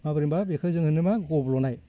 माबोरै मा बेखौ जों होनो मा गब्ल'नाय